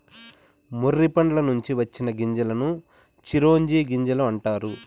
మొర్రి పండ్ల నుంచి వచ్చిన గింజలను చిరోంజి గింజలు అంటారు